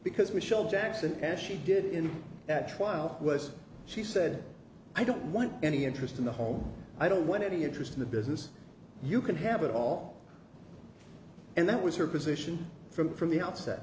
because michelle jackson as she did in that trial was she said i don't want any interest in the home i don't want any interest in the business you can have it all and that was her position from the from the outset